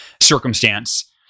circumstance